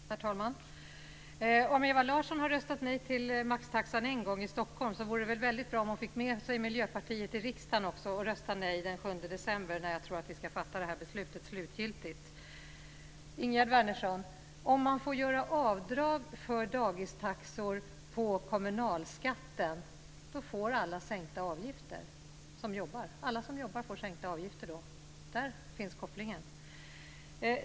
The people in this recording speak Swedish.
Herr talman! Om Ewa Larsson en gång har röstat nej till maxtaxan i Stockholm vore det väldigt bra om hon fick med sig Miljöpartiet också i riksdagen att rösta nej den 7 december, då jag tror att vi slutgiltigt ska fatta beslutet. Om man får göra avdrag för dagistaxor på kommunalskatten, Ingegerd Wärnersson, får alla som jobbar sänkta avgifter. Där finns kopplingen.